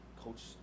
coach